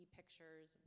pictures